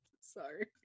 Sorry